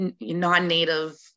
non-native